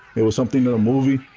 it was something in a movie.